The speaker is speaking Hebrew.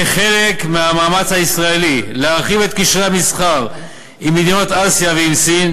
כחלק מהמאמץ הישראלי להרחיב את קשרי המסחר עם מדינות אסיה ועם סין,